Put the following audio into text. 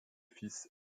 fils